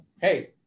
hey